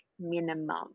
minimum